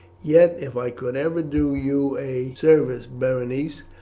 yet if i could ever do you a service, berenice,